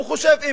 הוא חושב: